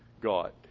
God